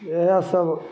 इएहसब